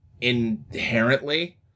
inherently